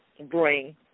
bring